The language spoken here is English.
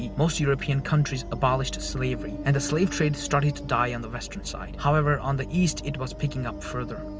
most european countries abolished slavery and the slave trade started to die on the western side. however, on the east, it was picking up further.